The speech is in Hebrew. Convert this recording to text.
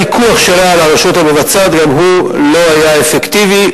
הפיקוח שלה על הרשות המבצעת גם הוא לא היה אפקטיבי,